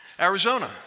Arizona